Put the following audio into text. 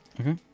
Okay